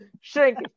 shrink